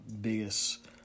biggest